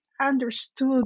understood